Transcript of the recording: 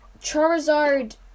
Charizard